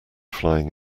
flying